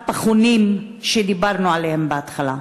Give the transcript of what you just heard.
הפחונים שדיברנו עליהם בהתחלה.